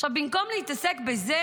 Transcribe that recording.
עכשיו, במקום להתעסק בזה,